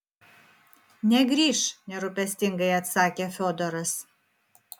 negrįš nerūpestingai atsakė fiodoras